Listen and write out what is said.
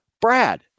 Brad